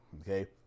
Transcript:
Okay